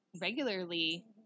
regularly